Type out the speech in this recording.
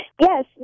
Yes